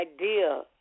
idea